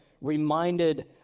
reminded